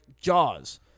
Jaws